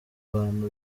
bantu